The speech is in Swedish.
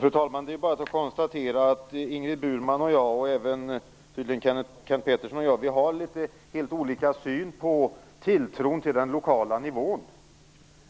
Fru talman! Det är bara att konstatera att Ingrid Burman, jag och tydligen också Kenth Pettersson har helt olika tilltro till den lokala nivån.